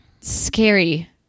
scary